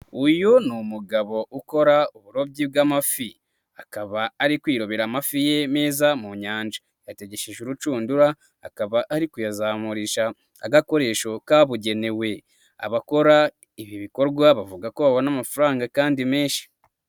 Uyu ni umugabo ukora uburobyi bw'amafi, akaba ari kwiubira amafi ye meza mu nyanja. yategesheje urushundura, akaba ari kuyazamurisha agakoresho kabugenewe, abakora ibi bikorwa bavuga ko babona amafaranga kandi menshi.